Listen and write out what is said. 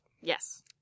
Yes